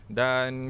dan